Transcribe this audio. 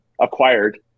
acquired